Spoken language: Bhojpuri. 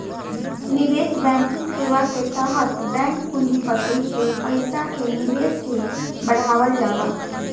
निवेश बैंकिंग सेवा के तहत बैंक पूँजीपति के पईसा के निवेश के बढ़ावल जाला